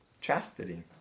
Chastity